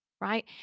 right